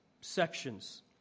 sections